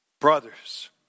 brothers